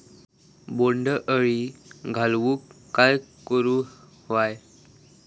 बोंड अळी घालवूक काय करू व्हया?